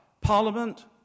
Parliament